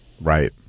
Right